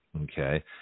okay